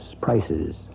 prices